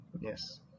yes